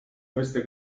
queste